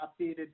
updated